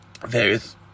various